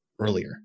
earlier